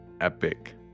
epic